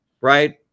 right